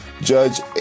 Judge